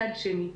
מצד שני,